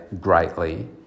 greatly